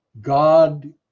God